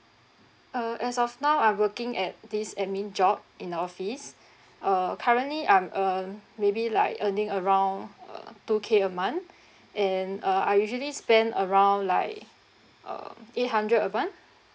uh as of now I'm working at this admin job in the office uh currently I'm um maybe like earning around uh two K a month and uh I usually spend around like uh eight hundred a month